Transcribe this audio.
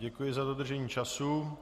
Děkuji za dodržení času.